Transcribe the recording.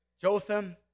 Jotham